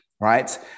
Right